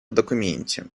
документе